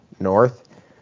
north